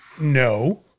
no